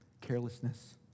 carelessness